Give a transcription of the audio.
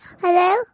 Hello